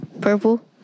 Purple